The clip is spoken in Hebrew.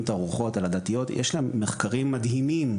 תערוכות על עדתיות יש להם מחקרים מדהימים,